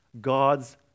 God's